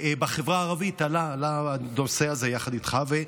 בחברה הערבית, הנושא הזה עלה יחד איתך.